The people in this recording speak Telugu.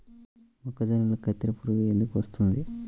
మొక్కజొన్నలో కత్తెర పురుగు ఎందుకు వస్తుంది?